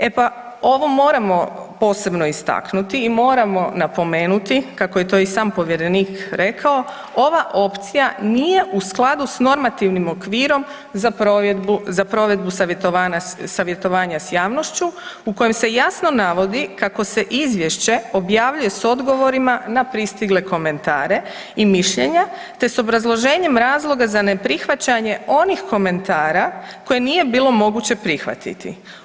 E pa ovo moramo posebno istaknuti i moramo napomenuti, kako je to i sam povjerenik rekao, ova opcija nije u skladu s normativnim okvirom za provedbu savjetovanja s javnošću u kojoj se jasno navodi kako se izvješće objavljuje s odgovorima na pristigle komentare i mišljenja, te s obrazloženjem razloga za ne prihvaćanje onih komentara koje nije bilo moguće prihvatiti.